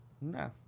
no